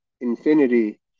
infinity